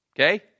Okay